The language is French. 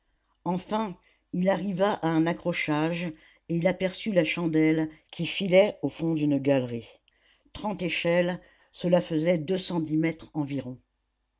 enfin il arriva à un accrochage et il aperçut la chandelle qui filait au fond d'une galerie trente échelles cela faisait deux cent dix mètres environ